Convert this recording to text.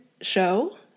show